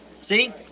See